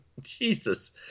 Jesus